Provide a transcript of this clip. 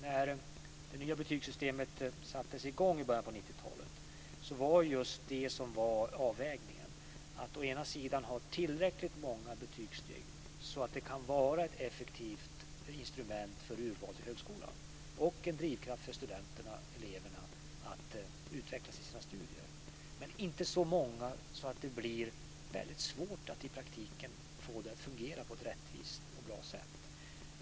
När det nya betygssystemet infördes i början på 90-talet gällde avvägningen å ena sidan att ha tillräckligt många betygssteg för att det skulle kunna vara ett effektivt instrument för urval till högskolan, å andra sidan att det skulle vara en drivkraft för elever och studenter att utvecklas i studierna. Betygsstegen ska inte vara så många att det i praktiken blir väldigt svårt att få det att fungera på ett rättvist och bra sätt.